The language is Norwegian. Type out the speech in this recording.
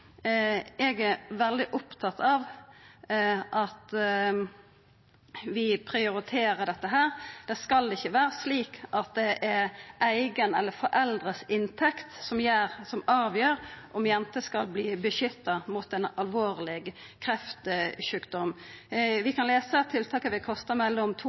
Eg er veldig opptatt av at vi prioriterer dette. Det skal ikkje vera slik at det er eiga eller foreldra si inntekt som avgjer om jenter skal verta beskytta mot ein alvorleg kreftsjukdom. Vi kan lesa at tiltaket vil kosta mellom